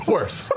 Worse